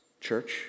church